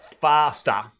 faster